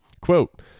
Quote